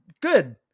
good